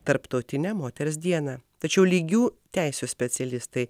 tarptautinę moters dieną tačiau lygių teisių specialistai